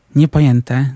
niepojęte